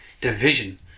division